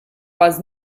was